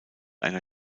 einer